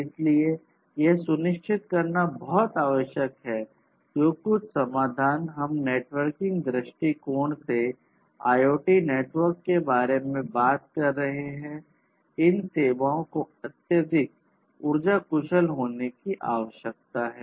इसलिए यह सुनिश्चित करना बहुत आवश्यक है जो कुछ समाधान हम एक नेटवर्किंग दृष्टिकोण से IoT नेटवर्क के बारे में बात कर रहे हैं इन सेवाओं को अत्यधिक ऊर्जा कुशल होने की आवश्यकता है